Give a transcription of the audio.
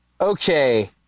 Okay